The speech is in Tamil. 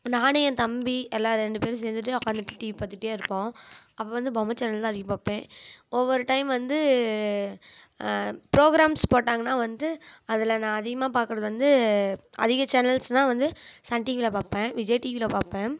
நானும் என் தம்பி எல்லாம் ரெண்டு பேரும் சேர்ந்துட்டு உட்காந்துட்டு டிவி பார்த்துட்டே இருப்போம் அப்போது வந்து பொம்மை சேனல் தான் அதிகம் பார்ப்பேன் ஒவ்வொரு டைம் வந்து ப்ரோக்ராம்ஸ் போட்டாங்கன்னா வந்து அதில் நான் அதிகமாக பார்க்குறது வந்து அதிக சேனல்ஸ்னா வந்து சன் டிவியில் பார்ப்பேன் விஜய் டிவியில் பார்ப்பேன்